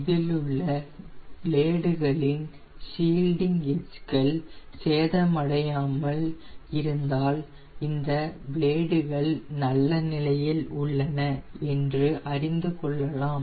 இதிலுள்ள பிளேடுகளின் leading edge கள் சேதம்அடையாமல் இருந்தால் இந்த பிளேடுகள் நல்ல நிலையில் உள்ளன என்று அறிந்துகொள்ளலாம்